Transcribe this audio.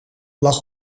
lag